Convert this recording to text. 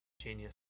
Genius